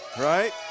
right